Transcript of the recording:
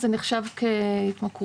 זה נחשב כהתמכרות.